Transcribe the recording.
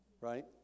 right